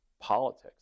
politics